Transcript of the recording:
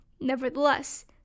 Nevertheless